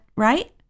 right